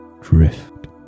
drift